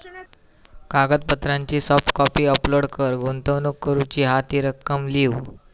कागदपत्रांची soft copy upload कर, गुंतवणूक करूची हा ती रक्कम लिव्ह